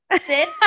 sit